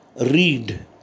read